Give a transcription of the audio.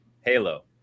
halo